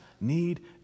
need